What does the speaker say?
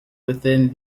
within